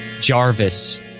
jarvis